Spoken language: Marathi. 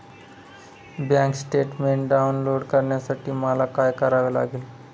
बँक स्टेटमेन्ट डाउनलोड करण्यासाठी मला काय करावे लागेल?